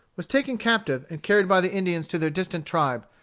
was taken captive and carried by the indians to their distant tribe,